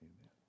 Amen